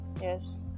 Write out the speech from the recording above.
Yes